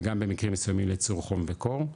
וגם במקרים מסוימים לייצור חום וקור.